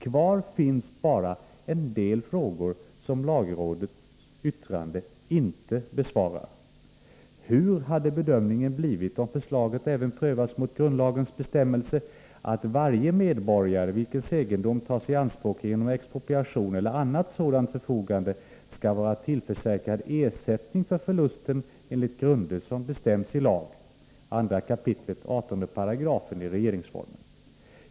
Kvar finns bara en del frågor som lagrådets yttrande inte besvarar: Hur hade bedömningen blivit om förslaget även prövats mot grundlagens bestämmelser, att varje medborgare vilkens egendom tages i anspråk genom expropriation eller annat sådant förfogande skall vara tillförsäkrad ersättning för förlusten enligt grunder som bestämmes i lag ?